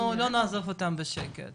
אנחנו לא נעזוב אותם בשקט.